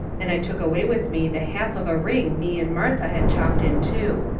and i took away with me the half of a ring me and martha had chopped in two.